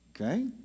Okay